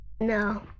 No